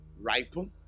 ripen